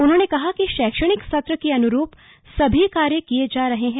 उन्होंने कहा कि शैक्षणिक सत्र के अनुरूप सभी कार्य किये जा रहें हैं